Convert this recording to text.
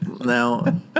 Now